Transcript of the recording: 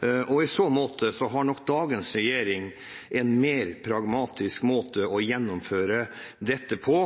realisert. I så måte har nok dagens regjering en mer pragmatisk måte å gjennomføre dette på